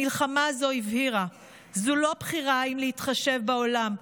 המלחמה הזו הבהירה: זו לא בחירה אם להתחשב בעולם.